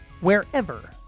wherever